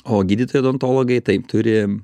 o gydytojai odontologai tai turi